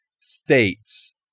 states